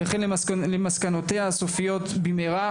וכן למסקנותיה הסופיות במהרה.